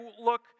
look